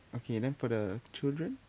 okay then for the children